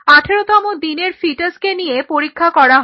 18 তম দিনের ফিটাসকে নিয়ে পরীক্ষা করা হয়